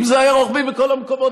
אם זה היה רוחבי בכל המקומות,